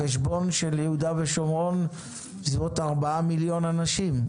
ביהודה ושומרון יש בסביבות 4 מיליון אנשים,